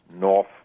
north